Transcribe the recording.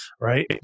right